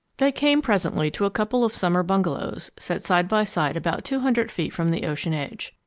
they came presently to a couple of summer bungalows set side by side about two hundred feet from the ocean edge.